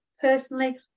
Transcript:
personally